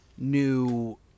new